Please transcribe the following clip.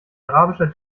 arabischer